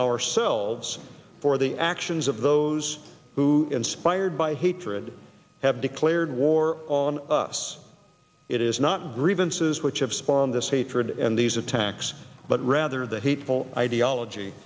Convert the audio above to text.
ourselves for the actions of those who inspired by hatred have declared war on us it is not grievances which have spawn this hatred and these attacks but rather the hateful ideology